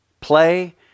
play